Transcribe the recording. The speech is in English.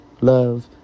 love